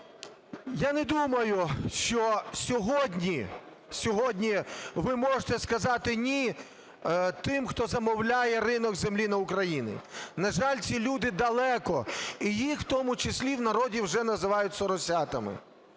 Я не думаю, що сьогодні ви можете сказати "ні" тим, хто замовляє ринок землі на Україні. На жаль, ці люди далеко. І їх в тому числі в народі вже називають "соросятами".